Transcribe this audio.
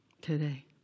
today